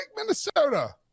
Minnesota